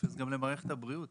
תופס גם לגבי במערכת הבריאות?